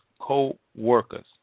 co-workers